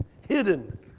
hidden